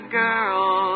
girl